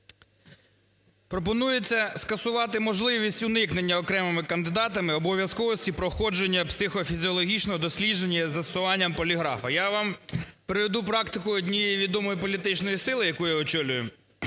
Пропонується скасувати можливість уникнення окремими кандидатами обов'язковості проходження психофізіологічного дослідження із застосуванням поліграфу. Я вам приведу практику однієї відомої політичної сили, яку я очолюю.